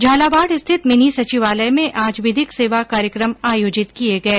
झालावाड़ स्थित मिनी सचिवालय में आज विधिक सेवा कार्यक्रम आयोजित किये गये